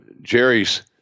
Jerry's